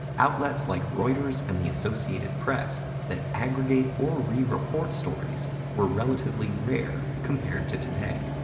outlets like reuters and the associated press that aggregate or rereport stories were relatively rare compared to today.